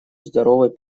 здоровой